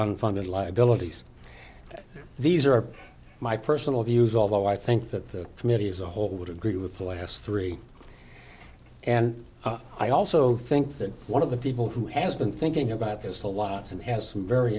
unfunded liabilities these are my personal views although i think that the committee as a whole would agree with the last three and i also think that one of the people who has been thinking about this a lot and has some very